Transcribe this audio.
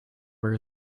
where